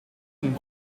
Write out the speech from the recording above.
een